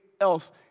else